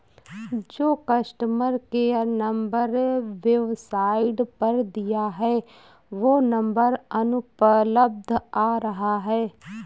जो customer care number website पर दिया है वो नंबर अनुपलब्ध आ रहा है